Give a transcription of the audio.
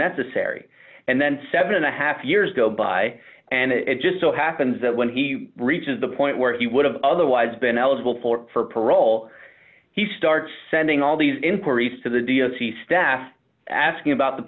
necessary and then seven and a half years go by and it just so happens that when he reaches the point where he would have otherwise been eligible for parole he starts sending all these inquiries to the d l c staff asking about the